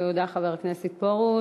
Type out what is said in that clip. תודה, חבר הכנסת פרוש.